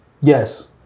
Yes